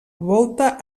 volta